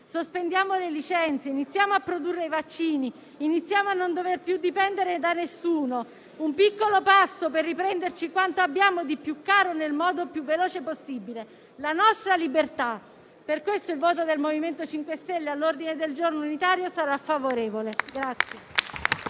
sospendiamo le licenze, iniziamo a produrre i vaccini, iniziamo a non dover più dipendere da nessuno; un piccolo passo per riprenderci quanto abbiamo di più caro nel modo più veloce possibile: la nostra libertà. Per questo, il voto del MoVimento 5 Stelle sarà favorevole all'ordine del giorno unitario.